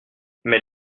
mais